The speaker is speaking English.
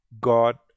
God